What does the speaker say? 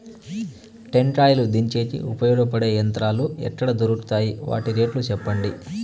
టెంకాయలు దించేకి ఉపయోగపడతాయి పడే యంత్రాలు ఎక్కడ దొరుకుతాయి? వాటి రేట్లు చెప్పండి?